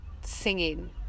singing